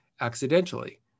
accidentally